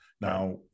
now